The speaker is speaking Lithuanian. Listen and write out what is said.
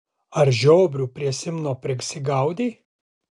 ar žiobrių prie simno prisigaudei